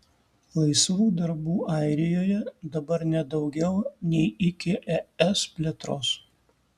laisvų darbų airijoje dabar net daugiau nei iki es plėtros